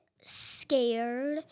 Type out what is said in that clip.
scared